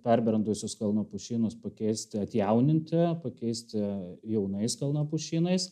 perbrendusius kalnapušynus pakeisti atjauninti pakeisti jaunais kalnapušynais